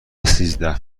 سیزده